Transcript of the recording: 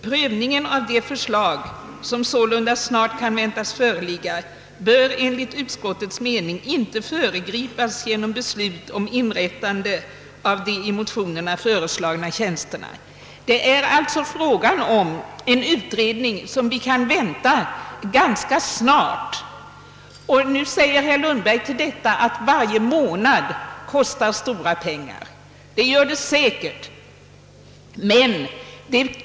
Prövningen av de förslag, som sålunda snart kan väntas föreligga, bör enligt utskottets mening inte föregripas genom beslut om inrättande av de i motionerna föreslag na tjänsterna.» Det är alltså fråga om ett betänkande som vi kan vänta ganska snart. Till detta säger herr Lundberg att varje månads uppskov kostar stora pengar. Det är alldeles säkert fallet.